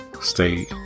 stay